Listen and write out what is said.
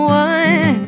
one